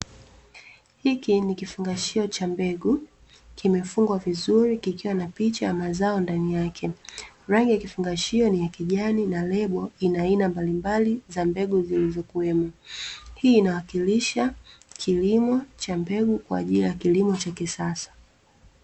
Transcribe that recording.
Hiki ni kifungashio cha mbegu kimefungwa vizuri kikiwa na picha ya mazao ndani yake, rangi ya kifungashio ni ya kijani lebo ina aina mbalimbali za mbegu zilizokuwemo. Hii inawakilisha kilimo cha mbegu kwa ajili ya kilimo cha kisasa.